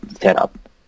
setup